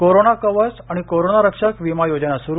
corona Kavach आणि Corona Rakshak वीमा योजना सुरु